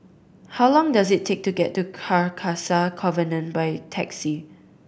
how long does it take to get to Carcasa Convent by taxi